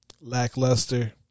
lackluster